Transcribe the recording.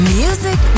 music